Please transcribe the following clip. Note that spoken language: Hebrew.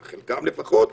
של חלקם לפחות,